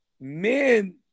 men